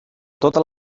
totes